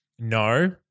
no